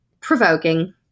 provoking